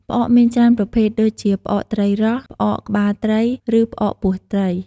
ផ្អកមានច្រើនប្រភេទ ដូចជា ផ្អកត្រីរ៉ស់ ផ្អកក្បាលត្រី ឬផ្អកពោះត្រី។